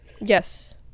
Yes